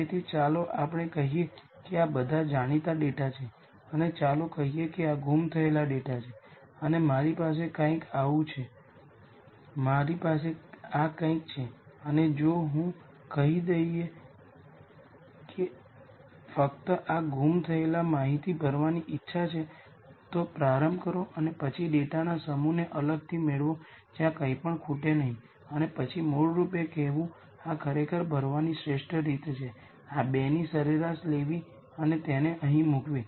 તેથી ચાલો આપણે કહીએ કે આ બધા જાણીતા ડેટા છે અને ચાલો કહીએ કે આ ગુમ થયેલ ડેટા છે અને મારી પાસે આવું કંઈક છે મારી પાસે આ કંઈક છે અને જો હું કહી દઈએ કે ફક્ત આ ગુમ થયેલ માહિતી ભરવાની ઇચ્છા છે તો પ્રારંભ કરો અને પછી ડેટાના આ સમૂહને અલગથી મેળવો જ્યાં કંઇપણ ખૂટે નહીં અને પછી મૂળરૂપે કહેવું કે આ ખરેખર ભરવાની શ્રેષ્ઠ રીત છે આ બેની સરેરાશ લેવી અને તેને અહીં મૂકવી